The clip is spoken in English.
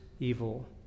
evil